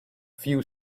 few